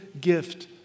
gift